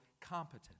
competent